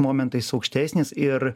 momentais aukštesnis ir